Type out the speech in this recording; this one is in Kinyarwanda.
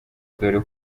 dore